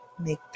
Make